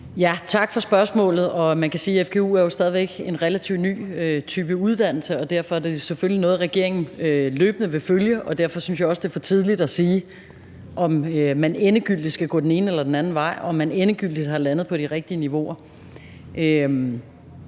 Tak for spørgsmålet. Man kan sige, at fgu jo stadig væk er en relativt ny type uddannelse, og derfor er det selvfølgelig noget, regeringen løbende vil følge, og derfor synes jeg også, det er for tidligt at sige, om man endegyldigt skal gå den ene eller den anden vej, og om man endegyldigt er landet på de rigtige niveauer.